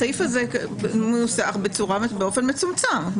הסעיף הזה מנוסח באופן מצומצם.